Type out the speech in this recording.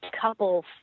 couple